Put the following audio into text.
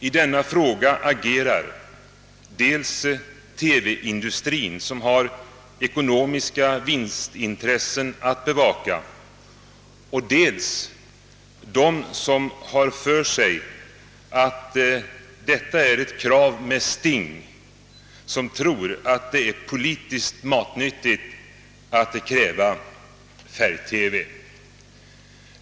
I denna fråga agerar dels TV-industrin som har ekonomiska vinstintressen att bevaka, dels personer som har för sig att detta är ett krav »med sting» och som tror att det är politiskt matnyttigt att kräva färg-TV.